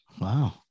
Wow